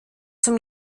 zum